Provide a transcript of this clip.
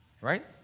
Right